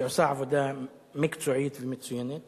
שעושה עבודה מקצועית ומצוינת